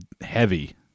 heavy